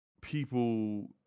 people